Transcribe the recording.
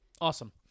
Awesome